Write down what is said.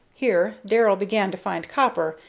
here darrell began to find copper,